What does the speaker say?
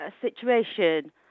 situation